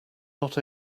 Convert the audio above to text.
not